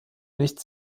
nicht